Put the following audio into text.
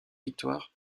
victoire